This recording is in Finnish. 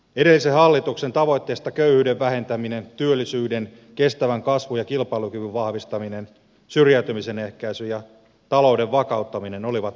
edellisen hallituksen tavoitteista köyhyyden vähentäminen työllisyyden kestävän kasvun ja kilpailukyvyn vahvistaminen syrjäytymisen ehkäisy ja talouden vakauttaminen olivat päätavoitteita